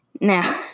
now